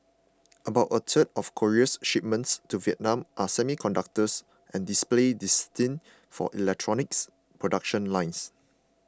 about a third of Korea's shipments to Vietnam are semiconductors and displays destined for electronics production lines